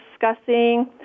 discussing